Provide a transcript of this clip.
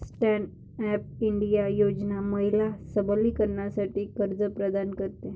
stand up India योजना महिला सबलीकरणासाठी कर्ज प्रदान करते